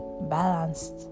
balanced